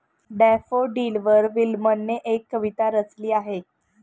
डॅफोडिलवर विल्यमने एक कविता रचली आहे